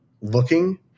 looking